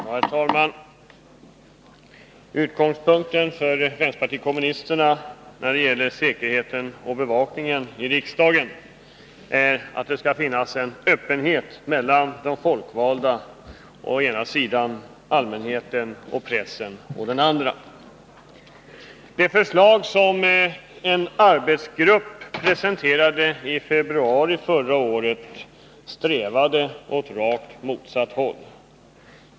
Herr talman! Utgångspunkten för vpk när det gäller säkerheten och bevakningen i riksdagen är att det skall finnas en stor öppenhet mellan de folkvalda å ena sidan och allmänheten och pressen å andra sidan. Det förslag som en arbetsgrupp presenterade i februari förra året strävade åt rakt motsatt håll.